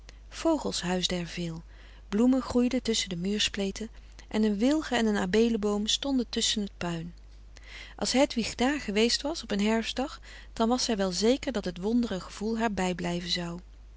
vogels huisden er veel bloemen groeiden tusschen de muurspleten en een wilgen en een abeelenboom stonden tusschen t puin als hedwig daar geweest was op een herfstdag dan was zij wel zeker dat het wondere gevoel haar bijblijven zou